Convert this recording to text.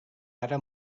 ara